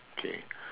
okay